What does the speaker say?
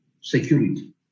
security